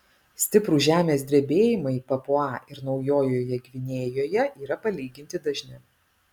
stiprūs žemės drebėjimai papua ir naujojoje gvinėjoje yra palyginti dažni